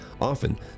Often